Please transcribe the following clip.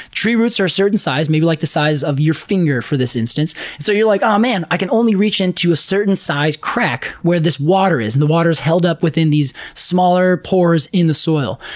tree roots are a certain size maybe like the size of your finger for this instance so you're like, aw, man, i can only reach into a certain size crack, where this water is. and the water is held up within these smaller pores in the soil.